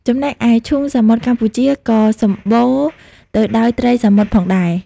ចំណែកឯឈូងសមុទ្រកម្ពុជាក៏សម្បូរទៅដោយត្រីសមុទ្រផងដែរ។